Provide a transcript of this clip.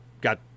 got